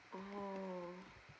ah